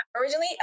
Originally